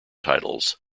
titles